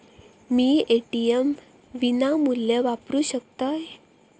मी ATM विनामूल्य वापरू शकतय?